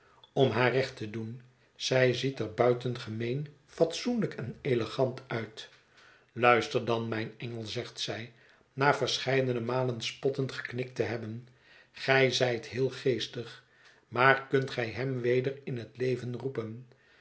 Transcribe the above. om haar recht te doen zij ziet er buitengemeen fatsoenlijk en elegant uit luister dan mijn engel zegt zij na verscheidene malen spottend geknikt te hebben gij zijt heel geestig maar kunt gij hem weder in het leven roepen